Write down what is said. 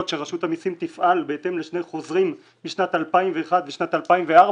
שרשות המסים תפעל בהתאם לשני חוזרים משנת 2001 ושנת 2004,